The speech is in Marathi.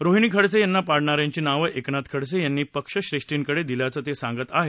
रोहिणी खडसे यांना पाडणाऱ्यांची नावं एकनाथ खडसे यांनी पक्षश्रेष्ठींकडे दिल्याचं ते सांगत आहेत